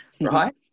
Right